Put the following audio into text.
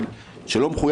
למתחרים שלי האחרים,